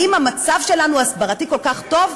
האם המצב ההסברתי שלנו כל כך טוב?